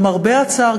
למרבה הצער,